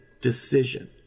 decision